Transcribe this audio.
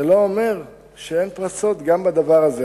זה לא אומר שאין פרצות גם בדבר הזה,